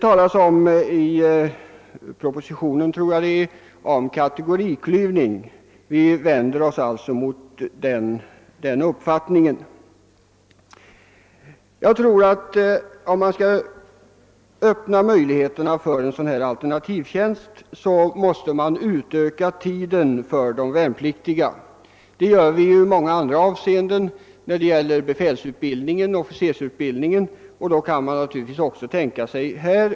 I propositionen talas om kategoriklyvning, men vi vänder oss emot en sådan beteckning. Om man skall öppna möjligheterna för en alternativ tjänst som motionsförslaget innebär, måste man troligen öka tiden för de värnpliktigas tjänstgöring. En sådan princip tilllämpas när det gäller befälsutbildningen, och då kan man naturligtvis också här tänka sig en sådan.